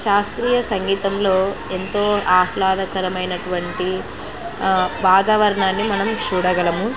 శాస్త్రీయ సంగీతంలో ఎంతో ఆహ్లాదకరమైనటువంటి వాతావరణాన్ని మనం చూడగలము